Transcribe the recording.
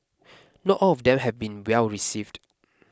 not all of them have been well received